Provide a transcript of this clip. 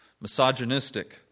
misogynistic